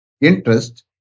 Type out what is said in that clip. interest